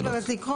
נתחיל באמת לקרוא.